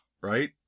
Right